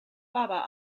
baba